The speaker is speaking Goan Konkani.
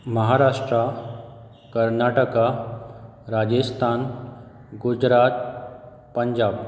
महाराष्ट्रा कर्नाटका राजस्थान गुजरात पंजाब